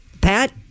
Pat